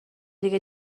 دیگه